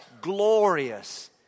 glorious